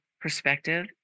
perspective